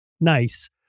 Nice